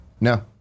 No